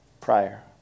prior